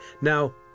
Now